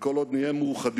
וכל עוד נהיה מאוחדים.